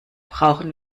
brauchen